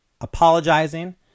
apologizing